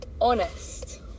honest